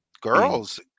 girls